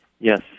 Yes